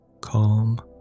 Calm